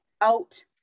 out